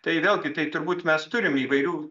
tai vėlgi tai turbūt mes turim įvairių